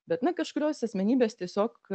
bet na kažkurios asmenybės tiesiog